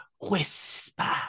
Whisper